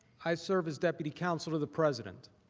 i serve as deputy counsel to the president.